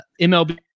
MLB